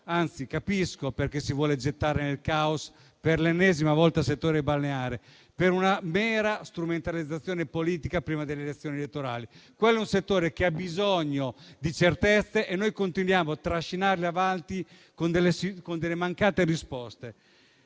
anzi, lo capisco - perché si vuole gettare nel caos per l'ennesima volta il settore balneare. È per una mera strumentalizzazione politica prima delle elezioni. Quello è un settore che invece ha bisogno di certezze e noi continuiamo a trascinarlo avanti con mancate risposte.